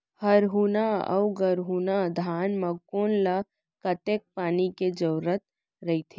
हरहुना अऊ गरहुना धान म कोन ला कतेक पानी के जरूरत रहिथे?